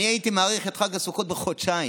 אני הייתי מאריך את חג הסוכות בחודשיים.